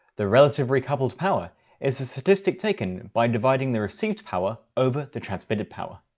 the relative recoupled power is the statistic taken by dividing the received power over the transmitted power.